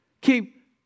Keep